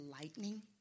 lightning